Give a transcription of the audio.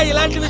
ah lakhs and